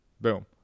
boom